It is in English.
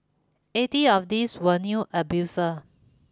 eighty of these were new abusers